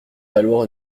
valoir